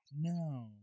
No